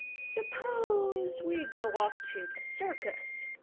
suppose we go off to the circus?